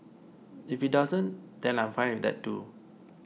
if it doesn't then I'm fine with that too